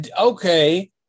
Okay